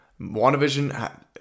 WandaVision